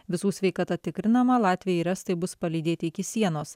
visų sveikata tikrinama latviai ir estai bus palydėti iki sienos